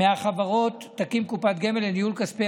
מהחברות תקים קופת גמל לניהול כספי